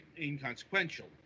inconsequential